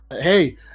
hey